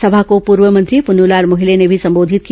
सभा को पूर्व मंत्री प्रन्नूलाल मोहिले ने भी संबोधित किया